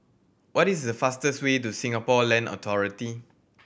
what is the fastest way to Singapore Land Authority